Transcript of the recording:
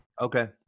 Okay